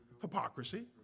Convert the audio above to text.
Hypocrisy